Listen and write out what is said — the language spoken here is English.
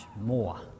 more